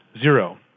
zero